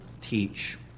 teach